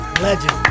legend